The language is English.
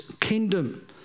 kingdom